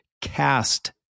CAST